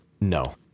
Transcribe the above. No